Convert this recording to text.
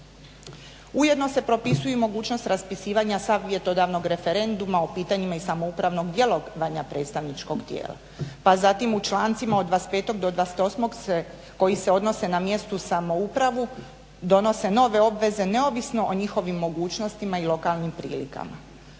Ujedno se propisuju i mogućnost raspisivanja savjetodavnog referenduma u pitanjima i samoupravnog djelovanja predstavničkog tijela, pa zatim u člancima od 25. do 28. se, koji se odnose na mjesnu samoupravu donose nove obveze neovisno o njihovim mogućnostima i lokalnim prilikama.